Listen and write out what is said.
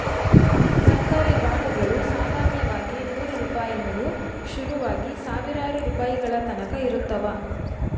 ಸರ್ಕಾರಿ ಬಾಂಡುಗುಳು ಸಾಮಾನ್ಯವಾಗಿ ನೂರು ರೂಪಾಯಿನುವು ಶುರುವಾಗಿ ಸಾವಿರಾರು ರೂಪಾಯಿಗಳತಕನ ಇರುತ್ತವ